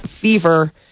fever